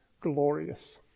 Glorious